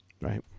right